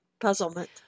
puzzlement